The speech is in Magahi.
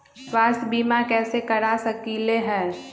स्वाथ्य बीमा कैसे करा सकीले है?